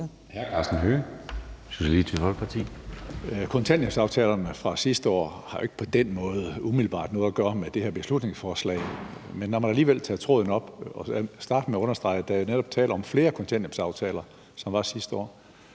19:44 Karsten Hønge (SF): Kontanthjælpsaftalerne fra sidste år har jo ikke på den måde umiddelbart noget at gøre med det her beslutningsforslag, men når man alligevel tager tråden op, så lad mig starte med at understrege, at der jo netop er tale om flere kontanthjælpsaftaler fra sidste år.